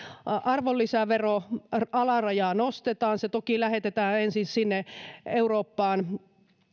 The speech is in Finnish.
arvonlisäveron alarajaa nostetaan se toki lähetetään ensin sinne eurooppaan